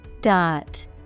Dot